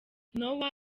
noah